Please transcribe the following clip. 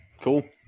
Cool